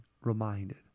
reminded